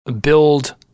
build